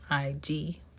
IG